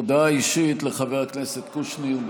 הודעה אישית לחבר הכנסת קושניר.